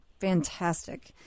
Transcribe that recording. Fantastic